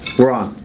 we're on.